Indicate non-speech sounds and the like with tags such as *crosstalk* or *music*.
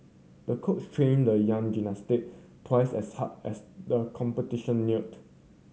the coach trained the young *unintelligible* twice as hard as the competition neared